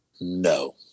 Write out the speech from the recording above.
no